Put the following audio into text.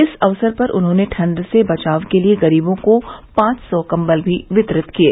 इस अवसर पर उन्होंने ठंड से बचाव के लिये गरीबों को पांच सौ कम्बल भी वितरित किये